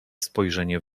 spojrzenie